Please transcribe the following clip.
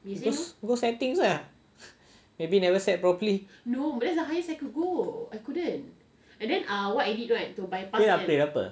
go settings ah maybe never set properly dia nak print apa